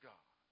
God